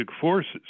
forces